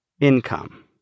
income